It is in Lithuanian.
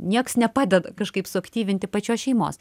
nieks nepadeda kažkaip suaktyvinti pačios šeimos